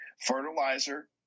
Fertilizer